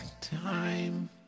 time